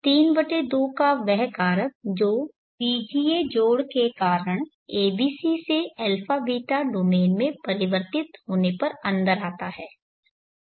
32 का वह कारक जो बीजीय जोड़ के कारण abc से αβ डोमेन में परिवर्तित होने पर अंदर आता है